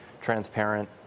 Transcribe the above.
transparent